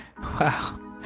wow